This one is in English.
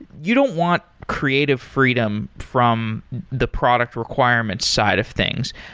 you don't want creative freedom from the product requirements side of things.